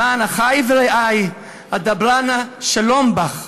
למען אחי ורעי אדברה נא שלום בך.